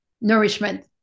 nourishment